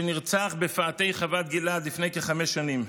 שנרצח בפאתי חוות גלעד לפני כחמש שנים.